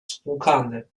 spłukany